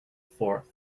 fourth